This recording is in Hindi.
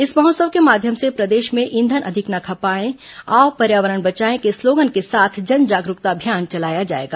इस महोत्सव के माध्यम से प्रदेश में ईंधन अधिक न खपाएं आओ पर्यावरण बचाएं के स्लोगन के साथ जन जागरूकता अभियान चलाया जाएगा